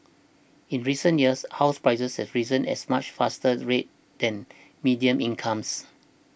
in recent years house prices have risen as much faster rate than median incomes